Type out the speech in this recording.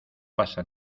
pasa